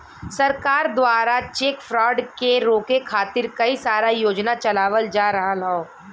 सरकार दवारा cheque fraud के रोके खातिर कई सारा योजना चलावल जा रहल हौ